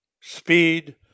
Speed